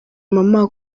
mama